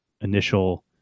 initial